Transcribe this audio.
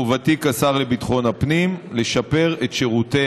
חובתי כשר לביטחון הפנים לשפר את שירותי